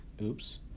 Oops